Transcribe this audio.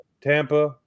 Tampa